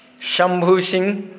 Shambhu Singh